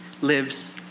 lives